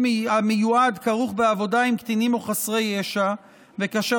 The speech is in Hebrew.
המיועד כרוך בעבודה עם קטינים או חסרי ישע וכאשר